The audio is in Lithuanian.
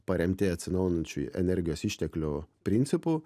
paremti atsinaujinančių energijos išteklių principu